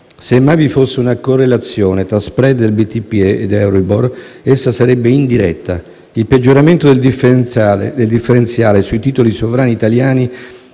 Semmai vi fosse una correlazione fra *spread* del BTP ed Euribor, essa sarebbe indiretta. Il peggioramento del differenziale sui titoli sovrani italiani